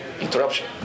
Interruption